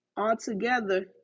Altogether